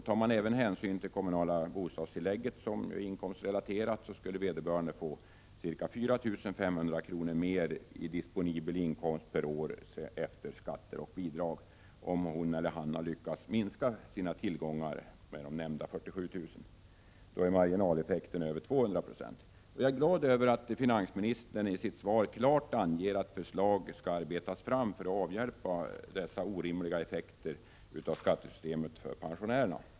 Tas även hänsyn till att det kommunala bostadstillägget är inkomstrelaterat, skulle vederbörande få ca 4 500 kr. mer i disponibel inkomst efter skatter och bidrag, om hon eller han lyckas minska sina tillgångar med nämnda 47 000 kr. Marginaleffekten är då över 200 96. Jag är glad över att finansministern i sitt svar klart anger att förslag skall arbetas fram för att avhjälpa dessa orimliga effekter av skattesystemet för pensionärerna.